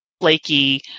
flaky